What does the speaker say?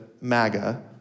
MAGA